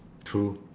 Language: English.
true